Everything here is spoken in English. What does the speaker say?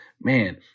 Man